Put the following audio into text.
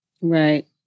Right